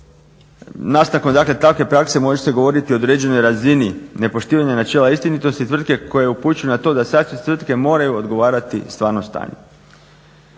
dakle takve prakse može se govoriti o određenoj razini nepoštivanja načela istinitosti tvrtke koja je upućena na to da sastojci tvrtke moraju odgovarati stvarnom stanju.